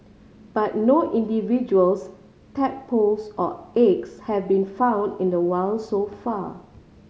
but no individuals tadpoles or eggs have been found in the wild so far